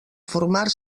formar